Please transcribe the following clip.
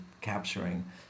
capturing